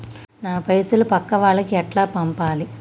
నా పైసలు పక్కా వాళ్లకి ఎట్లా పంపాలి?